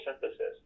synthesis